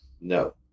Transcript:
No